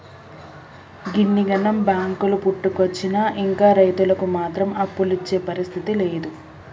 గిన్నిగనం బాంకులు పుట్టుకొచ్చినా ఇంకా రైతులకు మాత్రం అప్పులిచ్చే పరిస్థితి లేదు